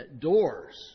Doors